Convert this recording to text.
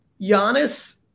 Giannis